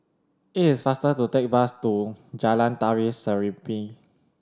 it is faster to take the bus to Jalan Tari Serimpi